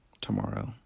Tomorrow